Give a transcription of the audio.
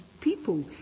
people